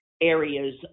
areas